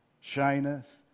shineth